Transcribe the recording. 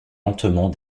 lentement